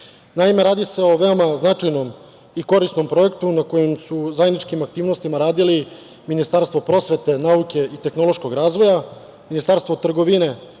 Naime, radi se o veoma značajnom i korisnom projektu na kojem su zajedničkim aktivnostima radili Ministarstvo prosvete, nauke i tehnološkog razvoja, Ministarstvo trgovine,